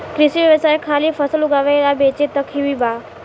कृषि व्यवसाय खाली फसल उगावे आ बेचे तक ही बा